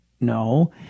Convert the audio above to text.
No